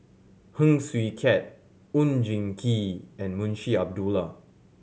Heng Swee Keat Oon Jin Gee and Munshi Abdullah